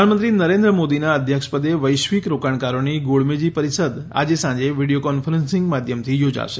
પ્રધાનમંત્રી નરેન્દ્ર મોદીના અધ્યક્ષપદે વૈશ્વિક રોકાણકારોની ગોળમેજી પરિષદ આજે સાંજે વીડિયો કોન્ફરન્સિંગ માધ્યમથી યોજાશે